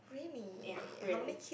ya really